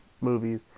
movies